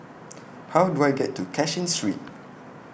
How Do I get to Cashin Street